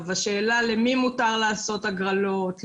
השאלה למי מותר לעשות הגרלות,